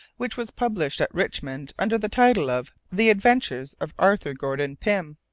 which was published at richmond under the title of the adventures of arthur gordon pym.